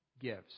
gives